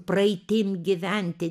praeitim gyventi